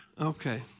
Okay